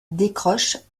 décroche